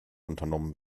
unternommen